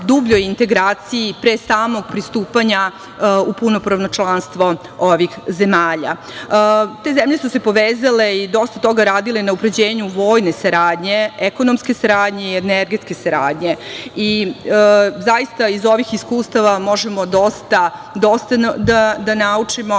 dubljoj integraciji i pre samog pristupanja u punopravno članstvo ovih zemalja. Te zemlje su se povezale i dosta toga radile na unapređenju vojne saradnje, ekonomske saradnje i energetske saradnje i zaista iz ovih iskustava možemo dosta da naučimo. Ja